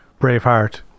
Braveheart